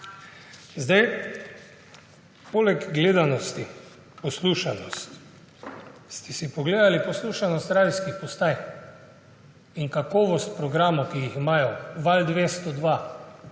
Poleg gledanosti je še poslušanost. Ste si pogledali poslušanost radijskih postaj in kakovost programov, ki jih imajo. Val 202